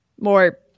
more